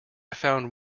found